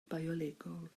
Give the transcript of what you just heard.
biolegol